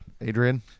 Adrian